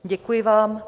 Děkuji vám.